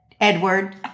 Edward